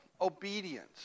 obedience